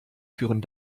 führen